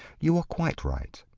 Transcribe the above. you are quite right.